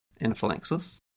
anaphylaxis